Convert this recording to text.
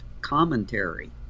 commentary